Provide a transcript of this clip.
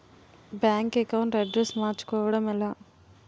Bank account address మార్చుకోవడం ఎలా?